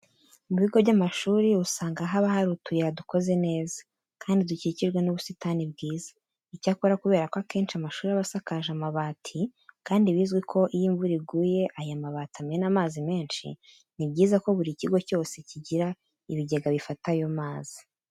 Mu bigo by'amashuri usanga haba hari utuyira dukoze neza, kandi dukikijwe n'ubusitani bwiza. Icyakora kubera ko akenshi amashuri aba asakaje amabati kandi bizwi ko iyo imvura iguye aya mabati amena amazi menshi, ni byiza ko buri kigo cyose kigira ibigega bifata ayo mazi.